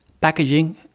packaging